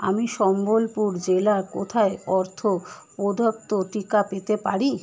আমি সম্বলপুর জেলার কোথায় অর্থ প্রদত্ত টিকা পেতে পারি